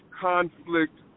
conflict